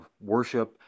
worship